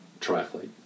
triathlete